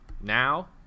now